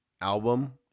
album